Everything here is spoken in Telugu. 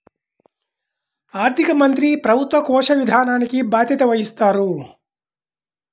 ఆర్థిక మంత్రి ప్రభుత్వ కోశ విధానానికి బాధ్యత వహిస్తారు